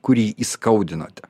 kurį įskaudinote